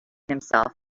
himself